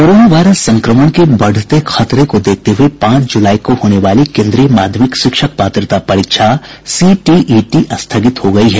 corona virus संक्रमण के बढ़ते खतरे को देखते हुए पांच जुलाई को होने वाली केन्द्रीय माध्यमिक शिक्षक पात्रता परीक्षा सीटीईटी स्थगित हो गयी है